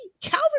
Calvin